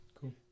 Cool